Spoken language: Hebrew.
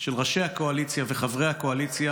של ראשי הקואליציה וחברי הקואליציה